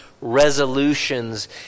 resolutions